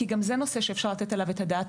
כי גם זה נושא שאפשר לתת עליו את הדעת,